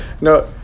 no